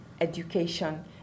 education